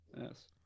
Yes